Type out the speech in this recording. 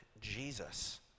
Jesus